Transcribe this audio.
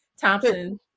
Thompson